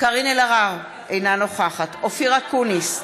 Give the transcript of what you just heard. קארין אלהרר, אינה נוכחת אופיר אקוניס,